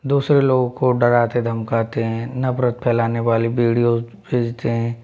दूसरे लोगों को डराते धमकाते हैं नफरत फैलाने वाले वीडियो भेजते हैं